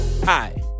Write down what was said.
Hi